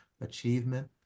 achievement